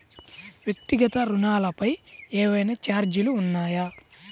వ్యక్తిగత ఋణాలపై ఏవైనా ఛార్జీలు ఉన్నాయా?